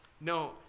No